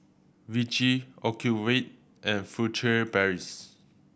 Vichy Ocuvite and Furtere Paris